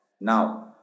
now